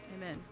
Amen